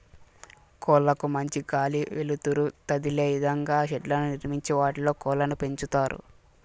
కోళ్ళ కు మంచి గాలి, వెలుతురు తదిలే ఇదంగా షెడ్లను నిర్మించి వాటిలో కోళ్ళను పెంచుతారు